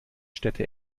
städte